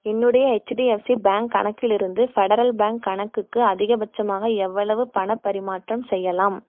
என்னுடைய HDFC bank கணக்கிலிருந்து federal bank கணக்குக்கு அதிகபட்சமாக எவ்வளவு பணப் பரிமாற்றம் செய்யலாம்